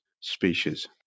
species